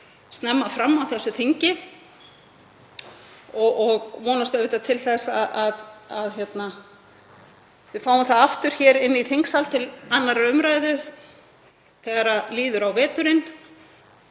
snemma fram á þessu þingi. Ég vonast auðvitað til þess að við fáum málið aftur hingað inn í þingsal til síðari umr. þegar líður á veturinn.